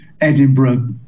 Edinburgh